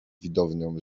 widownią